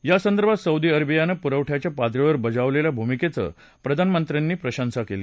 या संदर्भात सौदी अरेबियानं पुरवठ्याच्या पातळीवर बजावलेल्या भूमिकेची प्रधानमंत्र्यांनी प्रशंसा केली